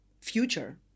future